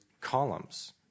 columns